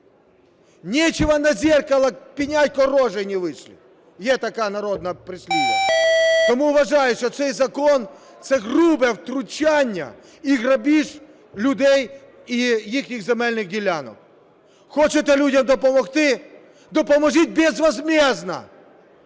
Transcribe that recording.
Нечего на зеркало пенять, коль рожей не вышли. Є таке народне прислів'я. Тому вважаю, що цей закон – це грубе втручання і грабіж людей і їхніх земельних ділянок. Хочете людям допомогти, допоможіть безвозмездно,